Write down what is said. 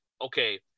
okay